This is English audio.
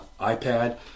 iPad